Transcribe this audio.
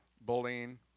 bullying